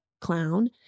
clown